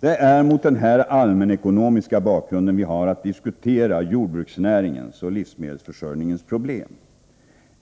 Det är mot den här allmänekonomiska bakgrunden vi har att diskutera jordbruksnäringens och livsmedelsförsörjningens problem.